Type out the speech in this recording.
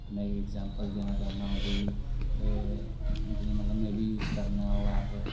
में इक अग़्जैंपल देना चाह्न्नां ओह्दी बी ते जियां मतलब में बी यूस करना ओह् ऐप